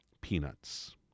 Peanuts